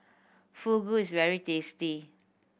fugu is very tasty